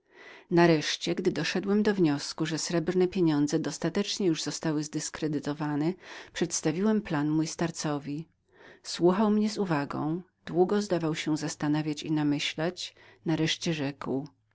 nareszcie gdy sądziłem że wartość pieniędzy srebrnych znacznie już była spadła przedstawiłem plan mój starcowi słuchał mnie z uwagą długo zdawał się zastanawiać i namyślać nareszcie rzekł